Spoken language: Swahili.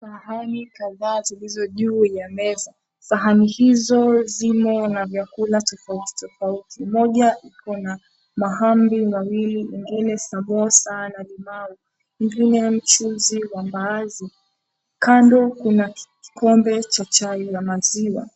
Sahani kadhaa zilizojuu ya meza. Sahani hizo zimo na vyakula tofauti tofauti. Moja iko na mahamri mawili, ingine sambosa na limau. Ingine ya mchuzi wa mbaazi. Kando kuna kikombe cha chai ya maziwa.